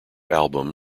album